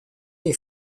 les